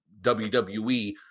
wwe